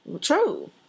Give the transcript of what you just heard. True